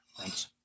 Thanks